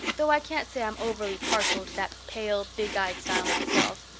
though i can't say i'm overly partial to that pale, big-eyed style myself.